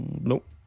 Nope